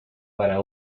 para